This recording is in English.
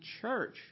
church